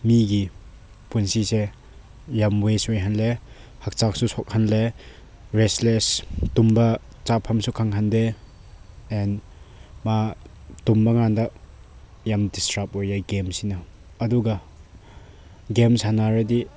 ꯃꯤꯒꯤ ꯄꯨꯟꯁꯤꯁꯦ ꯌꯥꯝ ꯋꯦꯁ ꯑꯣꯏꯍꯜꯂꯦ ꯍꯛꯆꯥꯡꯁꯨ ꯁꯣꯛꯍꯜꯂꯦ ꯔꯦꯁꯂꯦꯁ ꯇꯨꯝꯕ ꯆꯥꯐꯝꯁꯨ ꯈꯪꯍꯟꯗꯦ ꯑꯦꯟ ꯃꯥ ꯇꯨꯝꯕꯀꯥꯟꯗ ꯌꯥꯝ ꯗꯤꯁꯇꯔꯞ ꯑꯣꯏꯌꯦ ꯒꯦꯝꯁꯤꯅ ꯑꯗꯨꯒ ꯒꯦꯝ ꯁꯥꯟꯅꯔꯗꯤ